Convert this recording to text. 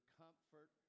comfort